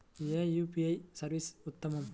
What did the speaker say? ఏ UPI service ఉత్తమము?